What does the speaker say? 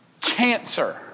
cancer